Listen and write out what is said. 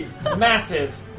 massive